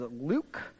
Luke